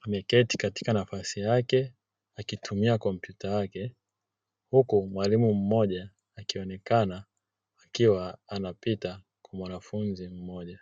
ameketi katika nafasi yake, akitumia Kompyuta yake; huku mwalimu mmoja akionekana akiwa anapita kwa mwanafunzi mmoja.